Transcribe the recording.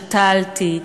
שתלתי,